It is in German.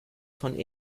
von